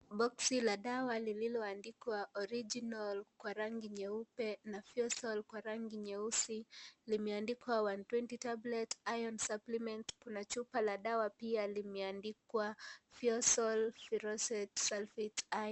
Bokisi la dawa lililoandikwa (cs) original (cs) kwa rangi nyeupe na feosol kwa rangi nyeusi. Limeandikwa (cs) 120 tablets iron supplement (cs), kuna chupa la dawa pia limeandikwa Feosol Ferrous Sulfate Iron.